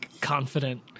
confident